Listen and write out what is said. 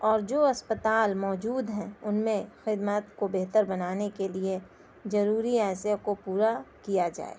اور جو اسپتال موجود ہیں ان میں خدمات کو بہتر بنانے کے لیے ضروری اشیاء کو پورا کیا جائے